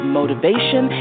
motivation